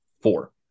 four